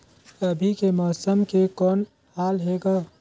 अभी के मौसम के कौन हाल हे ग?